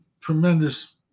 tremendous